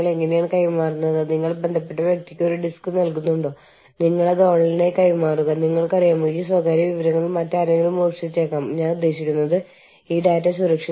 നിങ്ങൾ ഒരു multi national enterprise യൂണിയന്റെ ഭാഗമാകുമ്പോൾ നിങ്ങൾ ഒരു ഇന്റർനാഷണൽ എച്ച്ആർ മാനേജരോ അല്ലെങ്കിൽ ഒരു യൂണിയൻ അംഗമോ ആണെങ്കിൽ ഇരുവശത്തും ഒരാൾക്ക് മുന്നിലേക്ക് കടന്നുവരാൻ കഴിയുന്ന ചില തടസ്സങ്ങളുണ്ട്